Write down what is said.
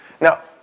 Now